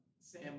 Sam